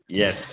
yes